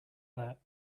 that